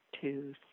two